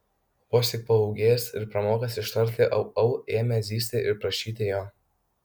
vos tik paūgėjęs ir pramokęs ištarti au au ėmė zyzti ir prašyti jo